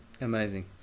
amazing